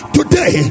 Today